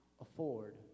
afford